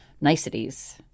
niceties